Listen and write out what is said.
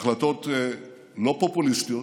החלטות לא פופוליסטיות,